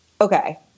okay